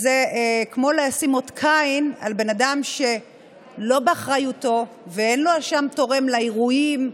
זה כמו לשים אות קין על בן אדם שלא באחריותו ואין לו אשם תורם לאירועים,